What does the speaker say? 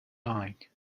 like